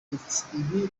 iti